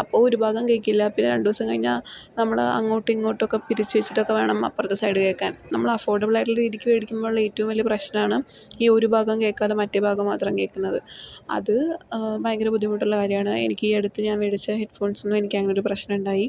അപ്പോൾ ഒരു ഭാഗം കേൾക്കില്ല പിന്നെ രണ്ട് ദിവസം കഴിഞ്ഞാൽ നമ്മൾ അങ്ങോട്ടുമിങ്ങോട്ടുമൊക്കെ പിരിച്ചുവെച്ചിട്ടൊക്കെ വേണം അപ്പുറത്തെ സൈഡ് കേൾക്കാൻ നമ്മൾ അഫ്ഓഡബിൾ ആയിട്ടുള്ള രീതിക്ക് വേടിക്കുമ്പോളുള്ള ഏറ്റവും വലിയ പ്രശ്നമാണ് ഈ ഒരു ഭാഗം കേൾക്കാതെ മറ്റേ ഭാഗം മാത്രം കേൾക്കുന്നത് അത് ഭയങ്കര ബുദ്ധിമുട്ടുള്ള കാര്യമാണ് എനിക്ക് ഈ അടുത്ത് ഞാൻ മേടിച്ച ഹെഡ് ഫോൺസിനും എനിക്ക് അങ്ങനെ ഒരു പ്രശ്നം ഉണ്ടായി